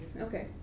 Okay